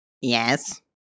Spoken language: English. Yes